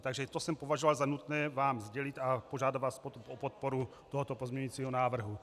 Takže to jsem považoval za nutné vám sdělit a požádat vás o podporu tohoto pozměňovacího návrhu.